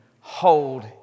hold